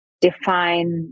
define